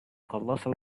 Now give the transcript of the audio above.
colossal